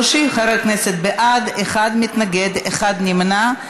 30 חברי כנסת בעד, אחד מתנגד, אחד נמנע.